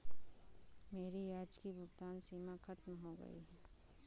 मेरी आज की भुगतान सीमा खत्म हो गई है